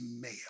male